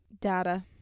data